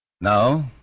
Now